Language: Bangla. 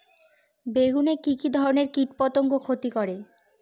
বেগুনে কি কী ধরনের কীটপতঙ্গ ক্ষতি করে?